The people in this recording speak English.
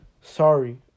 sorry